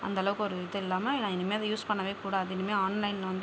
அந்தளவுக்கு ஒரு இது இல்லாமல் நான் இனிமேல் அதை யூஸ் பண்ணவே கூடாது இனிமேல் ஆன்லைனில் வந்து